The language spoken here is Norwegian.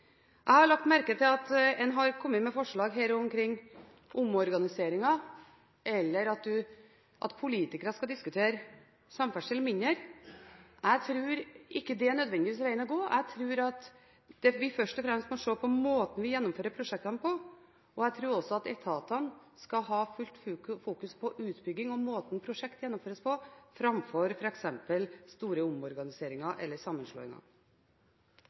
Jeg har lagt merke til at man her har kommet med forslag omkring omorganiseringer, eller at politikere skal diskutere samferdsel mindre. Jeg tror ikke nødvendigvis det er vegen å gå. Jeg tror vi først og fremst må se på måten vi gjennomfører prosjektene på, og jeg tror også at etatene fullt ut skal fokusere på utbygging og måten prosjekter gjennomføres på, framfor f.eks. store omorganiseringer eller sammenslåinger.